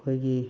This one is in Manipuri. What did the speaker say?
ꯑꯩꯈꯣꯏꯒꯤ